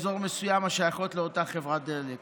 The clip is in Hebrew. השייכות לאותה חברת דלק